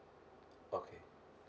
okay